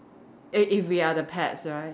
eh if we are the pets right